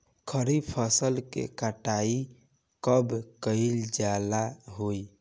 खरिफ फासल के कटाई कब कइल जाला हो?